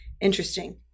interesting